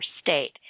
State